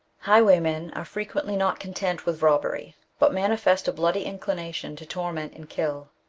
highwaymen are fi'equently not content with robbery, but manifest a bloody inclination to torment and kill.